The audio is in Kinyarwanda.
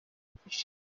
gishize